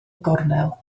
gornel